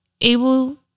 able